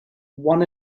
one